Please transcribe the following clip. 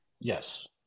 Yes